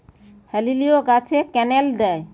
হেলিলিও গাছে ক্যানেল দেয়?